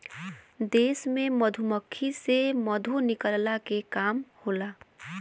देश में मधुमक्खी से मधु निकलला के काम होला